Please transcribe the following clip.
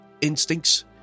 instincts